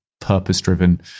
purpose-driven